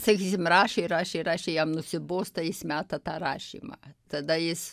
sakysim rašė rašė rašė jam nusibosta jis meta tą rašymą tada jis